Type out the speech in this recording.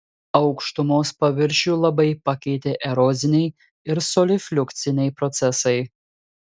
aukštumos paviršių labai pakeitė eroziniai ir solifliukciniai procesai